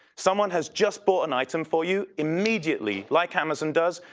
someone has just bought an item for you, immediately like amazon does.